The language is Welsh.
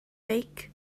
beic